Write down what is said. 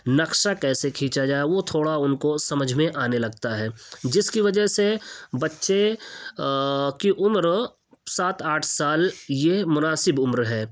نقشہ کیسے کھینچا جائے وہ تھوڑا ان کو سمجھ میں آنے لگتا ہے جس کی وجہ سے بچے کی عمر سات آٹھ سال یہ مناسب عمر ہے